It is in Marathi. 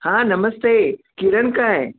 हां नमस्ते किरन काय